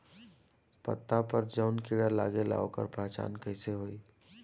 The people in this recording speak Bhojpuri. पत्ता पर जौन कीड़ा लागेला ओकर पहचान कैसे होई?